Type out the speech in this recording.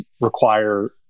require